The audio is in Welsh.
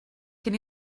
cyn